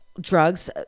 drugs